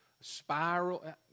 Spiral